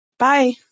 Bye